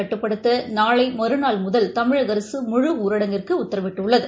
கட்டுப்படுத்த நாளை மறுநாள்முதல் தமிழக அரசு முழு ஊரடங்கிற்கு உத்தரவிட்டுள்ளது